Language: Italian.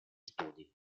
studi